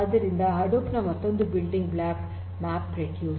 ಆದ್ದರಿಂದ ಹಡೂಪ್ ನ ಮತ್ತೊಂದು ಬಿಲ್ಡಿಂಗ್ ಬ್ಲಾಕ್ ಮ್ಯಾಪ್ರೆಡ್ಯೂಸ್